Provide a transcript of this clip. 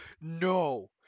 no